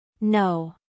No